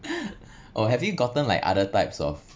oh have you gotten like other types of